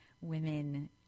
women